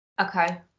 Okay